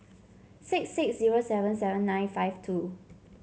six six zero seven seven nine five two